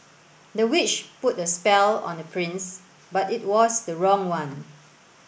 the witch put a spell on the prince but it was the wrong one